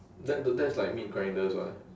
that the that's like meat grinders [what]